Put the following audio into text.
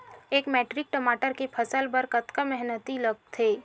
एक मैट्रिक टमाटर के फसल बर कतका मेहनती लगथे?